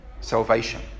salvation